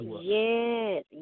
Yes